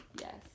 yes